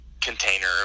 container